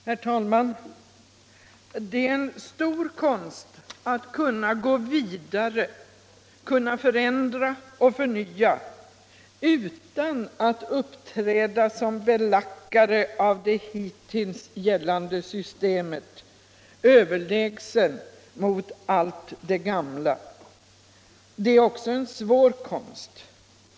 Herr talman! Det är en stor konst att kunna gå vidare, kunna förändra och förnya utan att uppträda som belackare av det hittills gällande systemet, överlägsen mot allt det gamla. Det är också en svår konst.